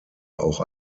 auch